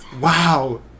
Wow